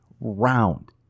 round